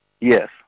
Yes